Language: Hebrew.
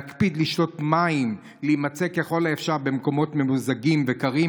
להקפיד לשתות מים ולהימצא ככל האפשר במקומות ממוזגים וקרים,